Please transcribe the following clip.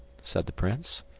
said the prince.